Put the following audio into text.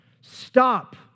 stop